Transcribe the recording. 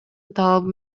талабы